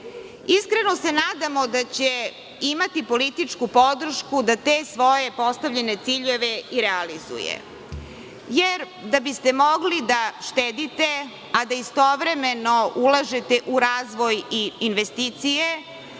Dinkića. Iskreno se nadamo da će imati političku podršku da te svoje postavljene ciljeve i realizuje, jer da biste mogli da štedite, a da istovremeno ulažete u razvoj i investicije,